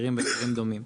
מחירים ודברים דומים.